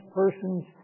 persons